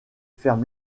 ferme